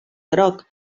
groc